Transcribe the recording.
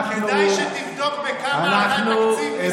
כדאי שתבדוק בכמה עלה תקציב משרד הבריאות השנה ביחס לעשור האחרון.